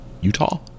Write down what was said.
Utah